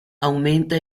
aumenta